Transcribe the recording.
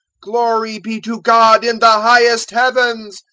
glory be to god in the highest heavens,